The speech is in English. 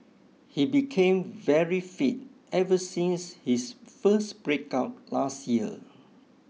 he became very fit ever since his first breakup last year